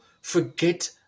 forget